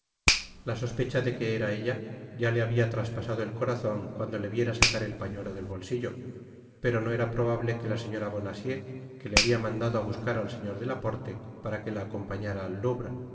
la sospecha de que era ella ya le habia traspasado el corazon cuando le viera sacar el pañuelo del bolsillo pero no era probable que la señora bonacieux que le habia mandado á buscar al señor de laporte para que la acompañara al